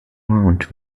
around